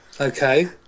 Okay